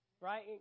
Right